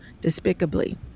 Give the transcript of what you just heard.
despicably